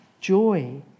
joy